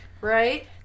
Right